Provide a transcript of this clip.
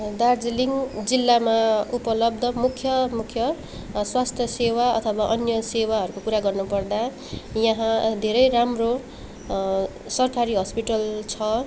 दार्जिलिङ जिल्लामा उपलब्ध मुख्य मुख्य स्वास्थ्य सेवा अथवा अन्य सेवाहरूको कुरा गर्नुपर्दा यहाँ धेरै राम्रो सरकारी हस्पिटल छ